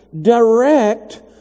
direct